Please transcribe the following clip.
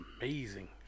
amazing